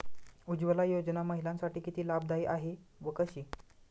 उज्ज्वला योजना महिलांसाठी किती लाभदायी आहे व कशी?